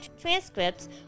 transcripts